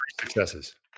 successes